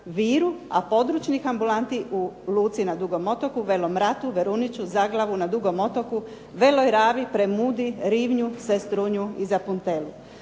a područnih ambulanti u Luci na Dugom otoku, Velom Ratu, Veruniću, Zaglavu, na Dugom otoku, Veloj Radi, Premudi, Rivnju, Sestrunju i Zapuntelu.